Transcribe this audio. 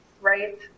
right